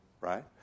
right